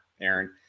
Aaron